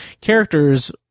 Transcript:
characters